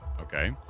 okay